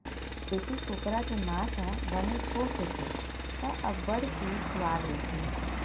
देसी कुकरा के मांस ह बने ठोस होथे त अब्बड़ के सुवाद रहिथे